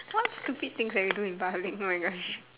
what stupid things can we do in public oh my gosh